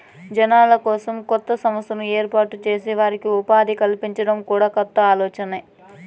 జనాల కోసం కొత్త సంస్థను ఏర్పాటు చేసి వారికి ఉపాధి కల్పించడం కూడా కొత్త ఆలోచనే